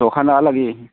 दखाना लागि